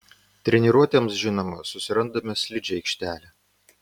treniruotėms žinoma susirandame slidžią aikštelę